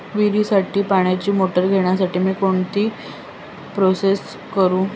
विहिरीसाठी पाण्याची मोटर घेण्यासाठी मी कोणती प्रोसिजर करु?